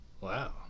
Wow